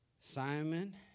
Simon